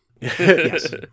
yes